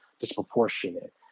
disproportionate